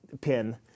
pin